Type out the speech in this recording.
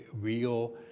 real